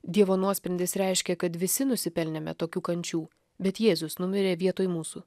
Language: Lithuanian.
dievo nuosprendis reiškia kad visi nusipelnėme tokių kančių bet jėzus numirė vietoj mūsų